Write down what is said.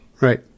right